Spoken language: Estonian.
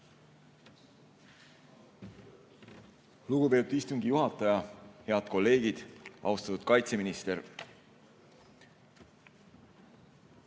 Lugupeetud istungi juhataja! Head kolleegid! Austatud kaitseminister!